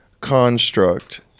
construct